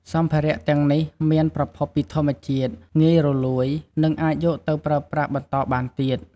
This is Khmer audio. សម្ភារៈទាំងនេះមានប្រភពពីធម្មជាតិ ងាយរលួយ និងអាចយកទៅប្រើប្រាស់បន្តបានទៀត។